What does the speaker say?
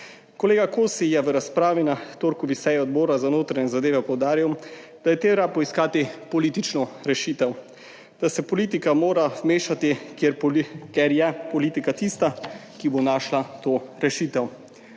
Kolega Kosi je v razpravi na torkovi seji Odbora za notranje zadeve poudaril, da je treba poiskati politično rešitev, da se politika mora vmešati, ker je politika tista, ki bo našla to rešitev.